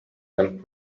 and